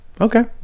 okay